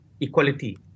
equality